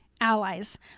allies